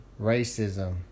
Racism